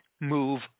move